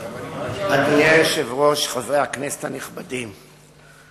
אדוני היושב-ראש, חברי הכנסת הנכבדים,